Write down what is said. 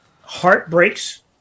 heartbreaks